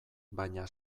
baina